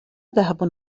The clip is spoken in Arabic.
ذهب